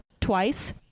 twice